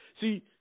See